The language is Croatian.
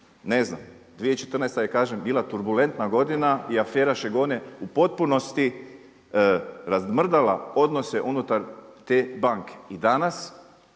Ne znam. 2014. je kažem bila turbulentna godina i afera Šegon je u potpunosti razmrdala odnose unutar te banke. I danas